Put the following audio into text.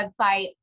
website